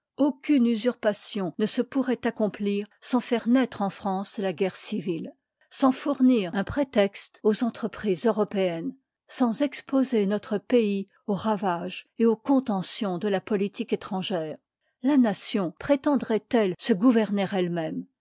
aucune usurpation ne se pourroit accomplir sans faire naître en france la guerre civile sans fournir un prétexte aux entremises européennes sans exposer notre pays aux ravages et aux contentions de la politique étrangère la nation prétendroit tclle se gouverner elle-même